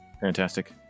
Fantastic